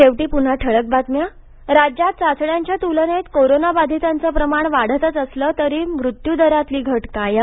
शेवटी पन्हा ठळक बातम्या राज्यात चाचण्यांच्या तुलनेत कोरोनाबाधितांचं प्रमाण वाढतंच असलं तरी मृत्यूदरातली घट कायम